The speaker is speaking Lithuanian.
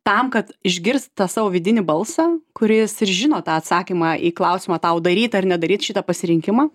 tam kad išgirst tą savo vidinį balsą kuris ir žino tą atsakymą į klausimą tau daryt ar nedaryt šitą pasirinkimą